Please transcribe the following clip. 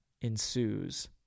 ensues